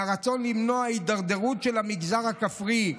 מהרצון למנוע הידרדרות של המגזר הכפרי,